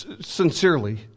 sincerely